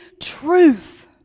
truth